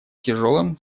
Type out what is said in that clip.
тяжелым